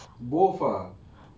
both ah